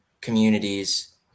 communities